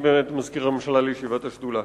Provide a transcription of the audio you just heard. באמת את מזכיר הממשלה לישיבת השדולה.